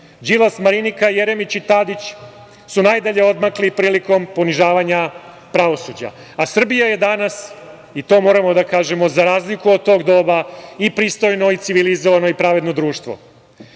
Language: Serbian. Đilas, Marinika, Jeremić i Tadić su najdalje odmakli prilikom ponižavanja pravosuđa, a Srbija je danas, i to moramo da kažemo, za razliku od tog doba, i pristojno, i civilizovano, i pravedno društvo. Sada